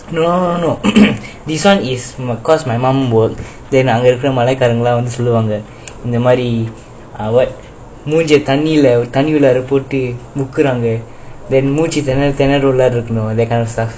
no no no this one is cause my mum work then அங்க இருக்க Malay காரனுங்கலாம் வந்து சொல்லுவாங்க இந்த மாதிரி அவர் முஞ்சிய தன்னில ஒரு தன்னிகுல்ல போட்டு முக்கராங்க:anga irukka malay kaaranungalam vanthu solluvanga intha maadiri avar moonjiya thanila oru thanikulla pottu mukkaranga then மூச்சு தெனர தெனர உள்ளார இருக்கனும்:moochu thenara thenara ullara irukkanum that kind of stuff